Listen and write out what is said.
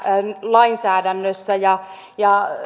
lainsäädännössä ja ja